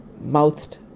Mouthed